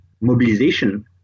mobilization